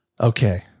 Okay